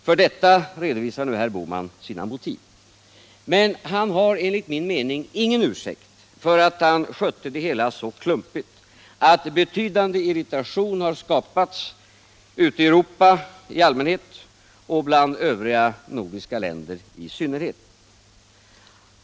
För detta redovisar nu herr Bohman sina motiv. Men han har enligt min mening ingen ursäkt för att han skötte det hela så klumpigt att betydande irritation har skapats ute i Europa i allmänhet och bland övriga nordiska länder i synnerhet.